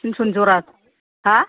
थिनस'नि जरा हा